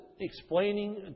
explaining